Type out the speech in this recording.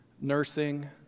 nursing